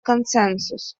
консенсус